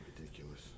Ridiculous